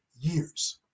years